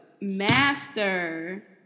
master